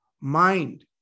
mind